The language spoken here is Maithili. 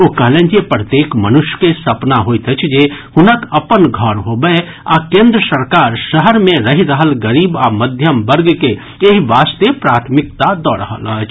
ओ कहलनि जे प्रत्येक मनुष्य के सपना होइत अछि जे हुनक अपन घर होबय आ केन्द्र सरकार शहर मे रहि रहल गरीब आ मध्यम वर्ग के एहि वास्ते प्राथिमिकता दऽ रहल अछि